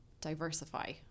diversify